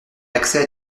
accès